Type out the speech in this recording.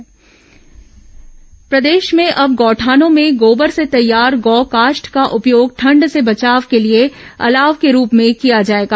गौ काष्ठ अलाव प्रदेश में अब गौठानों में गोबर से तैयार गौ काष्ठ का उपयोग ठंड से बचाव के लिए अलाव के रूप में किया जाएगा